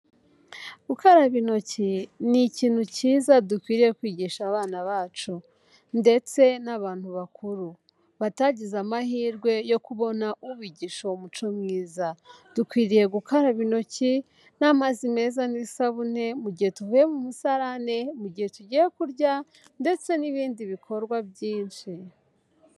Gukaraba intoki ni ikintu cyiza dukwiriye kwigisha abana bacu ndetse n'abantu bakuru, batagize amahirwe yo kubona ubigisha uwo muco mwiza, dukwiriye gukaraba intoki, n'amazi meza n'isabune mugihe tuvuye mu musarane mugihe tugiye kurya ndetse n'ibindi bikorwa byinshi.